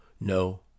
No